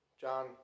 John